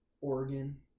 Oregon